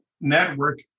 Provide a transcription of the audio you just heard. network